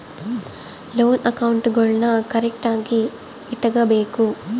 loan ಅಕೌಂಟ್ಗುಳ್ನೂ ಕರೆಕ್ಟ್ಆಗಿ ಇಟಗಬೇಕು